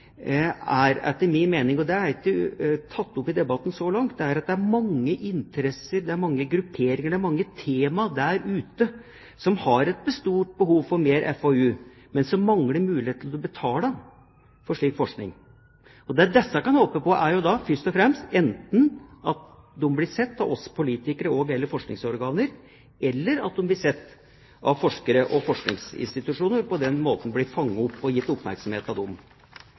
er etter min mening – og det er ikke tatt opp i debatten så langt – at det er mange interesser, mange grupperinger, mange tema der ute som har et stort behov for mer FoU, men som mangler muligheten til å betale for slik forskning. Det disse kan håpe på, er først og fremst enten at de blir sett av oss politikere og/eller forskningsorganer, eller at de blir sett av forskere og forskningsinstitusjoner og på den måten blir fanget opp og gitt oppmerksomhet av dem.